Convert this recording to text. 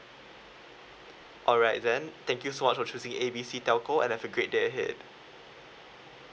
alright then thank you so much for choosing A B C telco and have a great day ahead